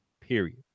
Period